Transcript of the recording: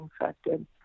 infected